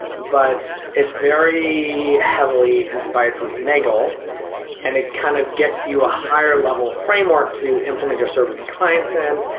but it's very heavily inspired from finagle and it kind of gets you a higher level of framework to implement your service and clients in,